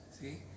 See